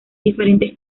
diferentes